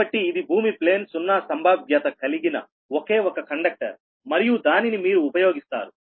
కాబట్టి ఇది భూమి ప్లేన్ సున్నా సంభావ్యత కలిగిన ఒకే ఒక కండక్టర్ మరియు దానిని మీరు ఉపయోగిస్తారు